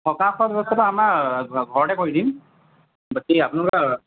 থকা খোৱা ব্যৱস্থাটো আমাৰ ঘৰতে কৰি দিম বাকী আপোনালোকৰ